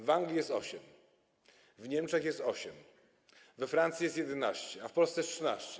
W Anglii jest 8, w Niemczech jest 8, we Francji jest 11, a w Polsce jest 13.